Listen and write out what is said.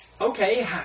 okay